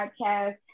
podcast